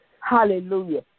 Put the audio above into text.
Hallelujah